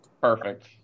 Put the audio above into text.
Perfect